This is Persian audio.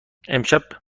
امشب